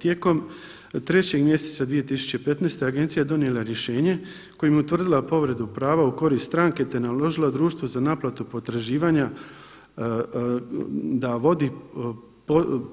Tijekom 3. mjeseca 2015. agencija je donijela rješenje kojim je utvrdila povredu prava u korist stranke te naložila društvu za naplatu potraživanja da vodi